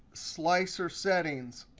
slicer settings.